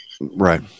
Right